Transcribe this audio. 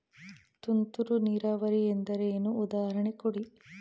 ತುಂತುರು ನೀರಾವರಿ ಎಂದರೇನು, ಉದಾಹರಣೆ ಕೊಡಿ?